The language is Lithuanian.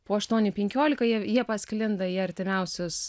po aštuonių penkiolika jie jie pasklinda į artimiausius